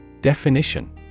Definition